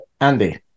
Andy